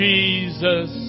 Jesus